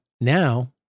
Now